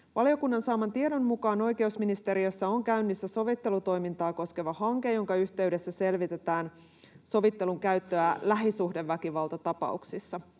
Valiokunnan saaman tiedon mukaan oikeusministeriössä on käynnissä sovittelutoimintaa koskeva hanke, jonka yhteydessä selvitetään sovittelun käyttöä lähisuhdeväkivaltatapauksissa,